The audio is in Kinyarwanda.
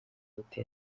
imiti